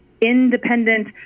independent